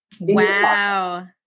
Wow